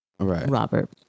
Robert